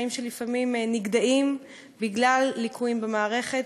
בחיים שלפעמים נגדעים בגלל ליקויים במערכת,